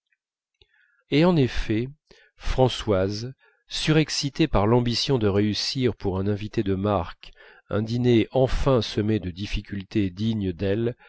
et en effet françoise surexcitée par l'ambition de réussir pour un invité de marque un dîner enfin semé de difficultés dignes d'elle